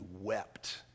wept